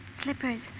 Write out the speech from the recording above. Slippers